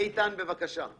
איתן, בבקשה.